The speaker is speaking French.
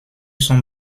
son